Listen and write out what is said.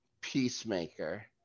Peacemaker